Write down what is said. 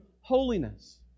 holiness